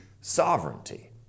sovereignty